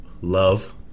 Love